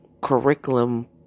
curriculum